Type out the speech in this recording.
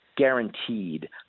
guaranteed